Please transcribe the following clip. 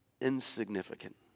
Insignificant